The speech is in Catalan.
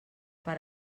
per